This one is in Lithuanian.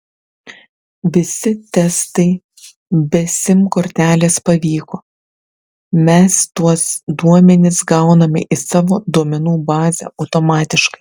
visi testai be sim kortelės pavyko mes tuos duomenis gauname į savo duomenų bazę automatiškai